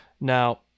now